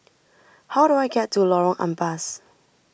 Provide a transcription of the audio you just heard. how do I get to Lorong Ampas